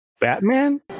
Batman